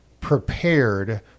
prepared